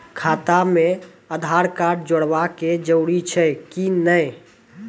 खाता म आधार कार्ड जोड़वा के जरूरी छै कि नैय?